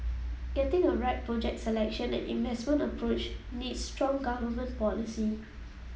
getting the right project selection and investment approach needs strong government policy